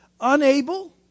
unable